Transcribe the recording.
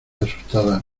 asustada